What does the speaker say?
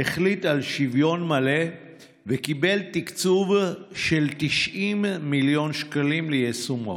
החליט על שוויון מלא וקיבל תקצוב של 90 מיליון שקלים ליישומו.